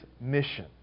mission